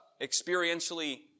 experientially